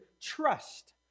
trust